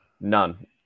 None